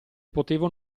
potevo